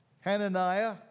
Hananiah